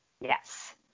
yes